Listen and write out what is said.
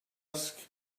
ask